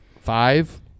Five